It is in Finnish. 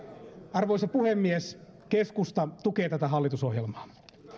arvoisa puhemies keskusta tukee tätä hallitusohjelmaa